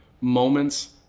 moments